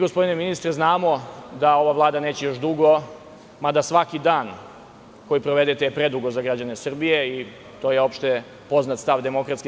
Gospodine ministre, mi znamo da ova Vlada neće još dugo, mada svaki dan koji provedete je predug za građane Srbije i to je opšte poznat stav DS.